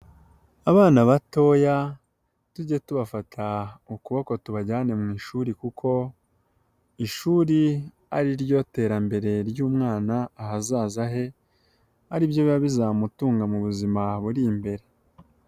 Abana batoya tuge tubafata ukuboko tubajyane mu ishuri kuko ishuri ari ryo terambere ry'umwana ahazaza he, ari byo biba bizamutunga mu buzima buri imbere.